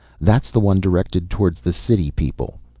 that's the one directed towards the city people.